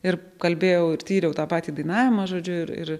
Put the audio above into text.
ir kalbėjau ir tyriau tą patį dainavimą žodžiu ir ir